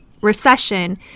recession